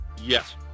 Yes